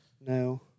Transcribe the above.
No